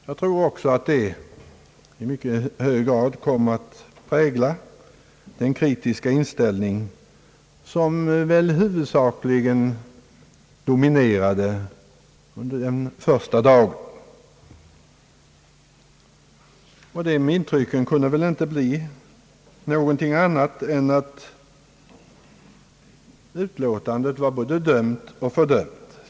Jag tror att det i mycket hög grad kom att prägla den kritiska inställning som väl huvudsakligen dominerade den första dagen. Intrycket kunde väl inte bli annat än att utlåtandet var både dömt och fördömt.